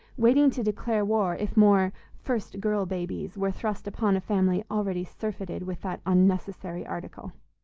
waiting to declare war if more first girl babies were thrust upon a family already surfeited with that unnecessary article.